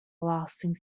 lasting